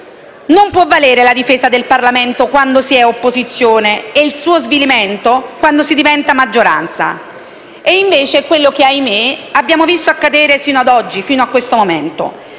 Non può valere la difesa del Parlamento quando si è opposizione e il suo svilimento quando si diventa maggioranza. Invece è quello che, ahimè, abbiamo visto accadere fino ad oggi, fino a questo momento.